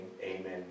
amen